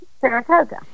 Saratoga